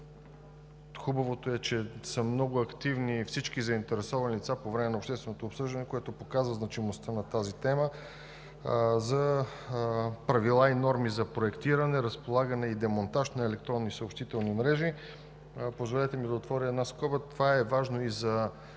Хубавото е, че са много активни всички заинтересовани лица по време на общественото обсъждане, което показва значимостта на тази тема за правила и норми за проектиране, разполагане и демонтаж на електронни съобщителни мрежи. Позволете ми да отворя една скоба – това е важно и за